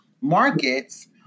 markets